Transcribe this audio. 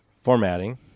formatting